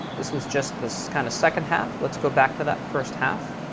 this was just this kind of second half. let's go back to that first half.